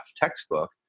textbook